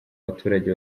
baturage